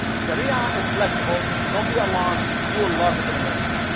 sharia is flexible. don't be alarmed. you will love it in america,